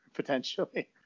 potentially